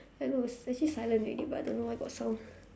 I know actually silent already but I don't know why got sound